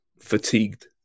fatigued